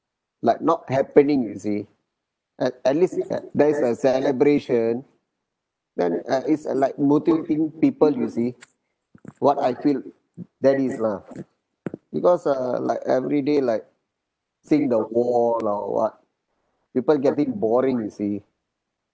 like not happening you see at at least there is a celebration then uh it's uh like motivating people you see what I feel that is lah because uh like everyday like seeing the wall or what people getting boring you see